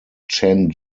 chen